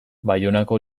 baionako